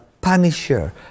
punisher